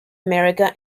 america